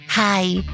Hi